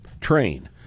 Train